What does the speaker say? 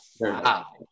Wow